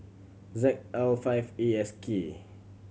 Z L five A S K